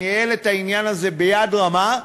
ניהל את העניין הזה ביד רמה,